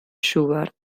schubert